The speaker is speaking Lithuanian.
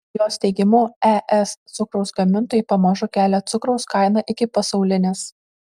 jos teigimu es cukraus gamintojai pamažu kelia cukraus kainą iki pasaulinės